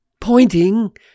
pointing